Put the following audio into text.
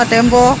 Tempo